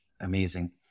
Amazing